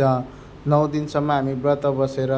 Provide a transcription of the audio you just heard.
त नौ दिनसम्म हामी व्रत बसेर